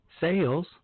sales